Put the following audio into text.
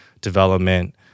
development